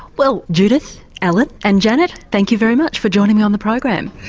well judith, ellen and janet, thank you very much for joining me on the program.